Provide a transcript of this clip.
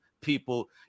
people